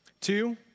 two